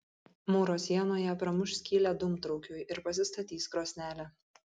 mūro sienoje pramuš skylę dūmtraukiui ir pasistatys krosnelę